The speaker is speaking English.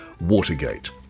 Watergate